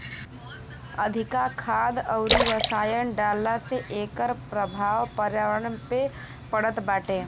अधिका खाद अउरी रसायन डालला से एकर प्रभाव पर्यावरण पे पड़त बाटे